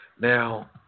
Now